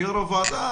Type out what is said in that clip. כיו"ר הוועדה,